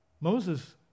Moses